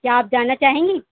کیا آپ جاننا چاہیں گی